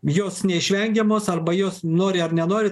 jos neišvengiamos arba jos nori ar nenori